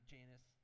Janus